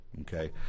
Okay